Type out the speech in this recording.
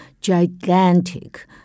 gigantic